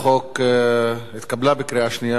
הצעת החוק התקבלה בקריאה שנייה,